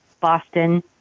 Boston